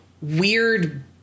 weird